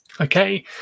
Okay